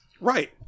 Right